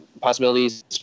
possibilities